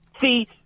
See